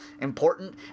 important